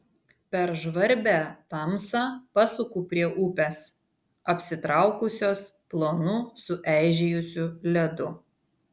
per žvarbią tamsą pasuku prie upės apsitraukusios plonu sueižėjusiu ledu